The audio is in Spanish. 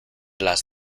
las